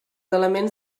elements